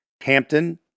Hampton